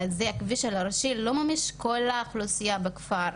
הכביש הראשי לא משרת את כל האוכלוסייה בכפר.